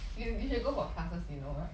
you you should go for classes you know right